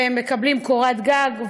והם מקבלים קורת גג,